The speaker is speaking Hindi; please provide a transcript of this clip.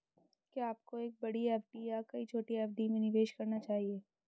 क्या आपको एक बड़ी एफ.डी या कई छोटी एफ.डी में निवेश करना चाहिए?